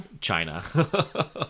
China